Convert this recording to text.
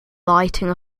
lighting